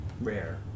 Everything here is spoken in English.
rare